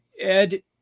Ed